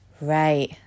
right